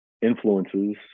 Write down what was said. influences